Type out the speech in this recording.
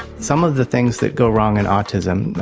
some of the things that go wrong in autism,